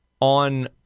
on